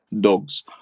dogs